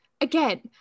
again